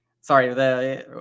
Sorry